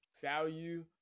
value